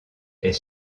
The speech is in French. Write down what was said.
est